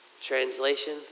translation